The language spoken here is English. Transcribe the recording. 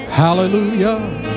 Hallelujah